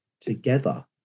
together